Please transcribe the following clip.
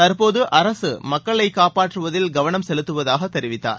தற்போது அரசு மக்களை காப்பாற்றுவதில் கவனம் செலுத்துவதாக தெரிவித்தார்